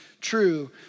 true